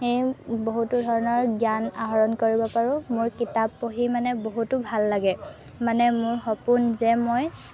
সেই বহুতো ধৰণৰ জ্ঞান আহৰণ কৰিব পাৰোঁ মোৰ কিতাপ পঢ়ি মানে বহুতো ভাল লাগে মানে মোৰ সপোন যে মই